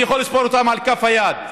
אני יכול לספור אותן על כף היד.